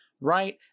right